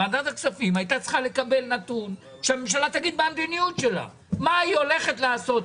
ועדת הכספים הייתה צריכה לשמוע מהממשלה מה היא הולכת לעשות,